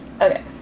Okay